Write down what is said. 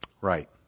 Right